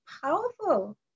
powerful